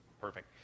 Perfect